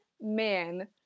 man